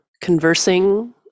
conversing